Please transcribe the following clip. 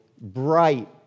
bright